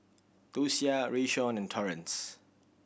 Docia Rayshawn and Torrence